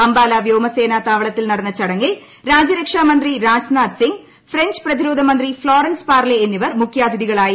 അംബാല വ്യോമസേന താവളത്തിൽ നടന്ന ചടങ്ങിൽ രാജ്യരക്ഷാമന്ത്രി രാജ്നാഥ് സിങ് ഫ്രഞ്ച് പ്രതിരോധ മന്ത്രി ഫ്ളോറൻസ് പാർലെ എന്നിവർ മുഖ്യാതിഥികളായി